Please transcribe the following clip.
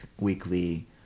weekly